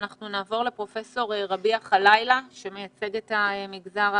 ואנחנו נעבור לפרופ' רביע ח'לאילה שמייצג את המגזר הערבי.